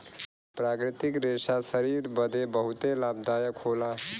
प्राकृतिक रेशा शरीर बदे बहुते लाभदायक होला